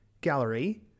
Gallery